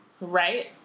Right